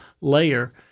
layer